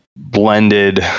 blended